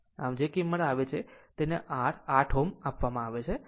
આમ જે પણ કિંમત આવે છે તે r 8 Ω આપવામાં આવે છે